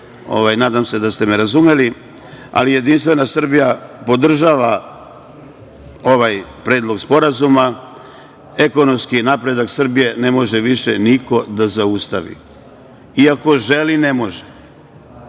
nadam se da ste me razumeli, ali Jedinstvena Srbija podržava ovaj Predlog sporazuma. Ekonomski napredak Srbije ne može više niko da zaustavi. I ako želi, ne može